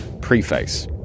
Preface